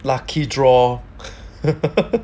lucky draw